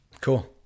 Cool